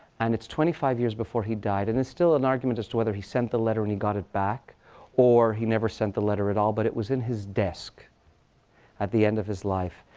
and it's twenty five years before he died. and there's and still an argument as to whether he sent the letter and he got it back or he never sent the letter at all. but it was in his desk at the end of his life.